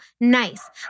nice